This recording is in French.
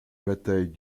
batailles